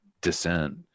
dissent